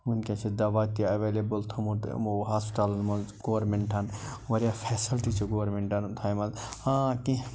ونکٮ۪س چھِ دَوا تہِ ایٚولیبٕل تھوومُت یِمو ہسپِتالن منٛز گورمیٚنٹن وارِیاہ فیسلٹی چھِ گورمیٚنٹن تھایمَژٕ آ کیٚنٛہہ